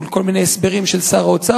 מול כל מיני הסברים של שר האוצר,